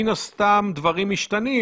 מאז חלו התפתחויות די משמעותיות שנותנות מענה,